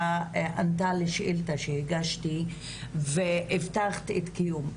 ענתה לשאילתה שהגשתי והבטחת את הקיום.